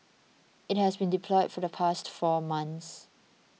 it has been deployed for the past four month